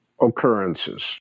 occurrences